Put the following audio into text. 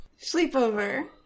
Sleepover